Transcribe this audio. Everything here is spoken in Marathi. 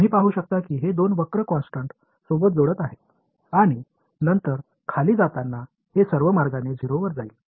तुम्ही पाहु शकता की हे दोन वक्र कॉन्स्टन्ट सोबत जोडत आहेत आणि नंतर खाली जाताना हे सर्व मार्गाने 0 वर जाईल